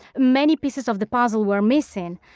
many pieces of the puzzle were missing.